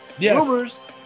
Rumors